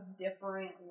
different